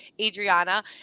Adriana